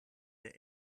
der